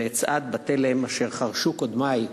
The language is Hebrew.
ואצעד בתלם אשר חרשו קודמי,